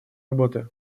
работы